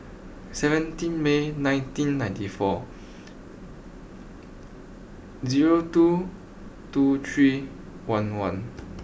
seventeen May nineteen ninety four zero two two three one one